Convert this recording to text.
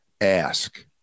ask